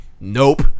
Nope